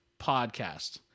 podcast